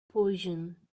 poison